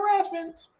harassment